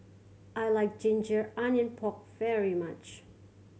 I like ginger onion pork very much